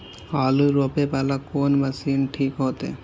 आलू रोपे वाला कोन मशीन ठीक होते?